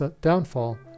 downfall